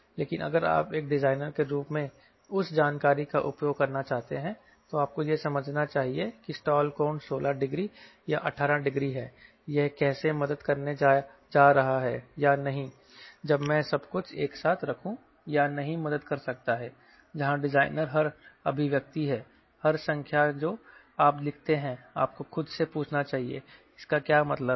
लेकिन अगर आप एक डिज़ाइनर के रूप में उस जानकारी का उपयोग करना चाहते हैं तो आपको यह समझना चाहिए कि स्टाल कोण 16 डिग्री या 18 डिग्री है यह कैसे मदद करने जा रहा है या नहीं जब मैं सब कुछ एक साथ रखूं या नहीं मदद कर सकता है जहां डिजाइनर हर अभिव्यक्ति है हर संख्या जो आप लिखते हैं आपको खुद से पूछना चाहिए इसका क्या मतलब है